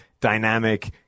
dynamic